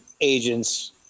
agents